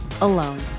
alone